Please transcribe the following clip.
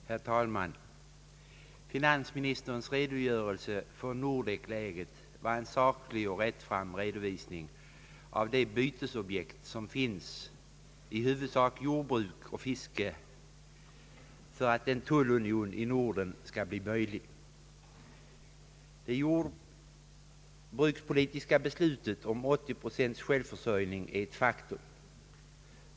Herr talman! Finansministerns redogörelse för Nordekläget var en saklig och rättfram redovisning av de bytesobjekt som finns, i huvudsak jordbruk och fiske, för att en tullunion i Norden skall bli möjlig. Det jordbrukspolitiska beslutet om 80 procents självförsörjning är ett faktum.